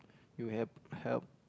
you have help